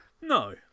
No